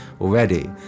already